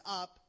up